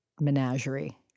menagerie